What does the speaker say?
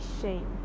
shame